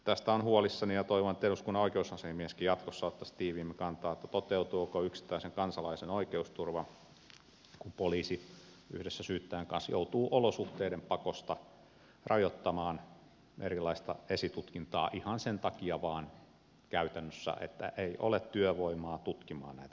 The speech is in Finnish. tästä olen huolissani ja toivon että eduskunnan oikeusasiamieskin jatkossa ottaisi tiiviimmin kantaa toteutuuko yksittäisen kansalaisen oikeusturva kun poliisi yhdessä syyttäjän kanssa joutuu olosuhteiden pakosta rajoittamaan erilaista esitutkintaa käytännössä ihan sen takia vain että ei ole työvoimaa tutkimaan näitä tapauksia